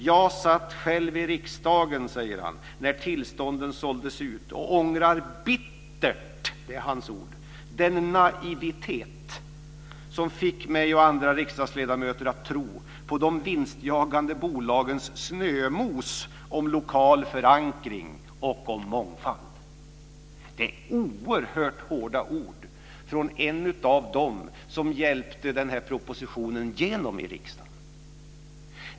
Jag satt själv i riksdagen när tillstånden såldes ut och ångrar bittert den naivitet som fick mig och andra riksdagsledamöter att tro på de vinstjagande bolagens snömos om lokal förankring och om mångfald." Det är oerhört hårda ord från en av dem som hjälpte den här propositionen igenom i riksdagen.